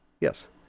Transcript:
Yes